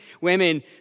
women